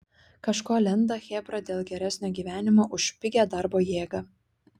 kažko lenda chebra dėl geresnio gyvenimo už pigią darbo jėgą